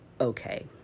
Okay